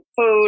food